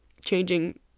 changing